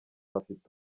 bafite